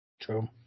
True